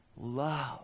Love